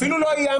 אפילו לא איימתי.